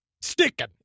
sticking